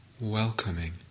welcoming